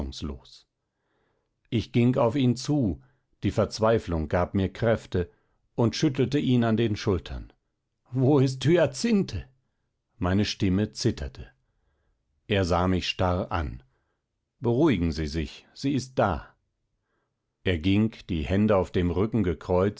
ich ging auf ihn zu die verzweiflung gab mir kräfte und schüttelte ihn an den schultern wo ist hyacinthe meine stimme zitterte er sah mich starr an beruhigen sie sich sie ist da er ging die hände auf dem rücken